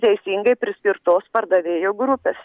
teisingai priskirtos pardavėjo grupės